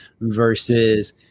versus